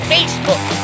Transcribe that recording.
Facebook